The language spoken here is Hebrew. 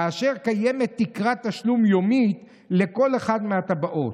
כאשר קיימת תקרת תשלום יומי לכל אחד מהטבעות.